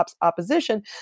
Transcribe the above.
opposition